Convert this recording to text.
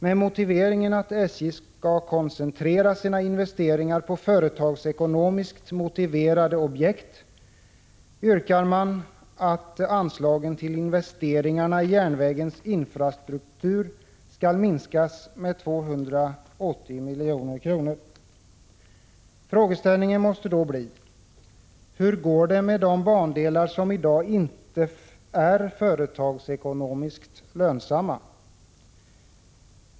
Med motiveringen att SJ skall koncentrera sina investeringar på företagsekonomiskt motiverade objekt yrkar man att anslagen till investeringarna i järnvägens infrastruktur skall minskas med 280 milj.kr. Frågeställningen måste då bli: Hur går det med de bandelar som i dag inte är företagsekonomiskt lönsamma?